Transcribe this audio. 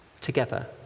together